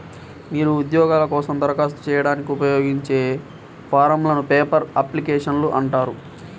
మీరు ఉద్యోగాల కోసం దరఖాస్తు చేయడానికి ఉపయోగించే ఫారమ్లను పేపర్ అప్లికేషన్లు అంటారు